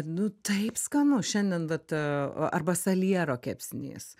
nu taip skanu šiandien vat arba saliero kepsnys